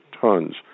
tons